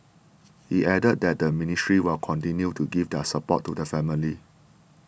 he added that the ministry will continue to give their support to the family